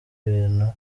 bintu